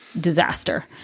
disaster